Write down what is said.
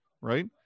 Right